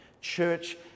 Church